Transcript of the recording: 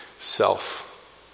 self